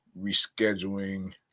rescheduling